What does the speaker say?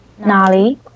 Nali